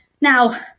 Now